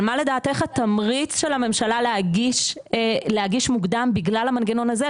אבל מה לדעתך התמריץ של הממשלה להגיש מוקדם בגלל המנגנון הזה?